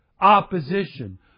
opposition